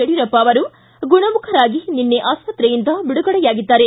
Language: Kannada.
ಯಡಿಯೂರಪ್ಪ ಅವರು ಗುಣಮುಖರಾಗಿ ನಿನ್ನೆ ಆಸ್ವತ್ರೆಯಿಂದ ಬಿಡುಗಡೆಯಾಗಿದ್ದಾರೆ